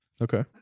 Okay